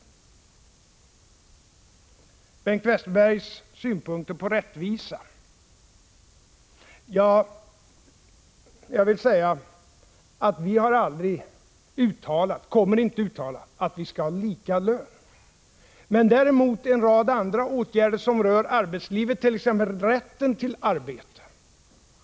Beträffande Bengt Westerbergs synpunkter på rättvisa vill jag säga: Vi kommer aldrig att uttala att vi skall ha lika lön. Däremot står vi för en rad andra åtgärder som rör arbetslivet, t.ex. rätten till arbete.